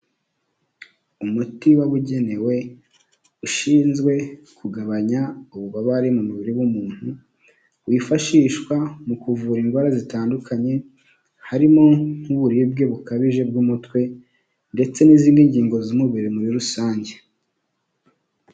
Umuti wabugenewe, ushinzwe kugabanya ububabare mu mubiri w'umuntu, wifashishwa mu kuvura indwara zitandukanye, harimo nk'uburibwe bukabije bw'umutwe, ndetse n'izindi ngingo z'umubiri muri rusange.